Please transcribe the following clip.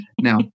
now